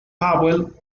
powell